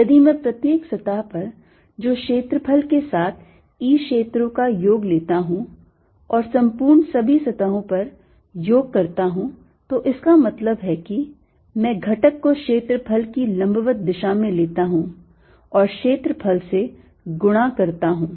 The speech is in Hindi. यदि मैं प्रत्येक सतह पर जो क्षेत्रफल के साथ E क्षेत्रो का योग लेता हूं और संपूर्ण सभी सतहों पर योग करता हूं तो इसका मतलब यह है कि मैं घटक को क्षेत्रफल की लंबवत दिशा में लेता हूं और क्षेत्रफल से गुणा करता हूं